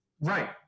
Right